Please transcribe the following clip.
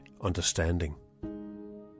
understanding